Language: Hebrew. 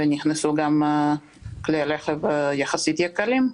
ונכנסו גם כלי רכב יחסית יקרים.